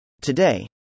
Today